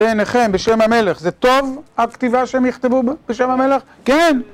בניכם, בשם המלך, זה טוב הכתיבה שהם יכתבו בשם המלך? כן!